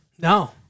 No